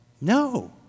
No